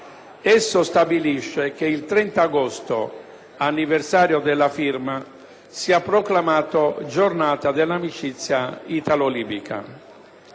Esso stabilisce che il 30 agosto, anniversario della firma, sia proclamato Giornata dell'amicizia italo-libica.